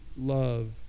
love